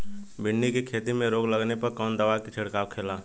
भिंडी की खेती में रोग लगने पर कौन दवा के छिड़काव खेला?